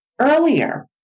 earlier